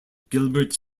gilbert